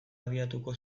abiatuko